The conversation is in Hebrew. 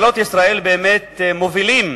ממשלות ישראל באמת מובילות